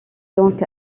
donc